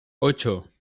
ocho